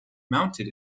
mounted